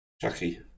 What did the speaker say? Chucky